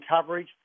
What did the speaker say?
coverage